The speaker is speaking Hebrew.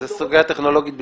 זו סוגיה טכנולוגית בלבד.